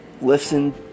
listen